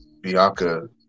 Bianca